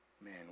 man